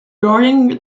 guarding